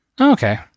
okay